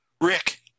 Rick